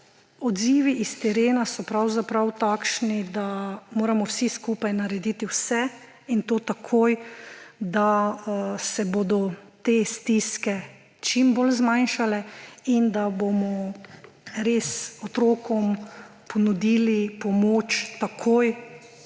odzivi s terena so pravzaprav takšni, da moramo vsi skupaj narediti vse in to takoj, da se bodo te stiske čim bolj zmanjšale in da bomo res otrokom ponudili pomoč takoj,